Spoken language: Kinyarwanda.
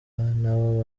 nabo